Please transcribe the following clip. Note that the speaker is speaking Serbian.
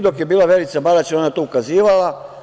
Dok je bila Verica Barać, ona je na to ukazivala.